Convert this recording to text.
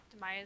optimize